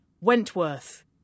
Wentworth